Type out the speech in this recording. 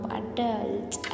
adults